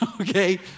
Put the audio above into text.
okay